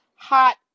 hot